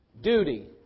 duty